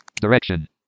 direction